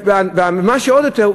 ומה שעוד יותר,